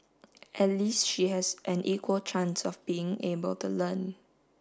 at least she has an equal chance of being able to learn